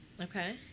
Okay